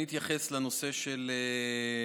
אני אתייחס לנושא שהיה,